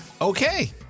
Okay